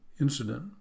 incident